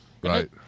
right